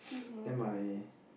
then my